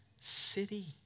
city